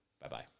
Bye-bye